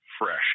fresh